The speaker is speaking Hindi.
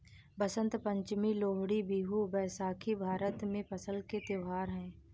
बसंत पंचमी, लोहड़ी, बिहू, बैसाखी भारत में फसल के त्योहार हैं